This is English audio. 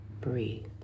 breathe